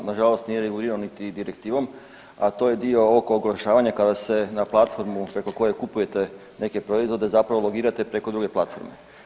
Nažalost nije regulirano niti Direktivom, a to je dio oko oglašavanja kada se na platformu preko koje kupujete neke proizvode zapravo ulogirate preko druge platforme.